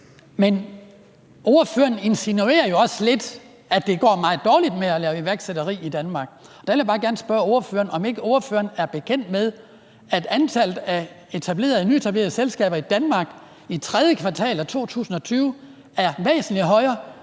– ordføreren insinuerer jo også lidt, at det går meget dårligt med at lave iværksætteri i Danmark. Og der vil jeg bare gerne spørge ordføreren, om hun ikke er bekendt med, at antallet af nyetablerede selskaber i Danmark i tredje kvartal af 2020 er væsentlig højere